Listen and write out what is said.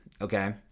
Okay